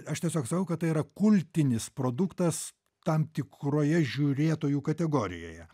aš tiesiog sakau kad tai yra kultinis produktas tam tikroje žiūrėtojų kategorijoje